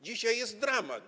Dzisiaj jest dramat.